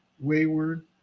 wayward